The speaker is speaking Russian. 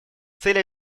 цели